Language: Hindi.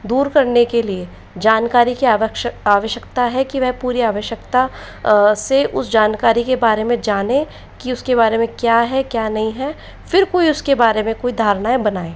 दूर करने के लिए जानकारी की आवश्यक आवश्यकता है कि वह पूरी आवश्यकता से उस जानकारी के बारे में जानें कि उसके बारे में क्या है क्या नहीं है फिर कोई उसके बारे में कोई धारणाएँ बनाए